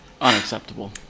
unacceptable